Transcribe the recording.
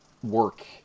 work